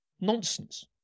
nonsense